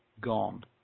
gone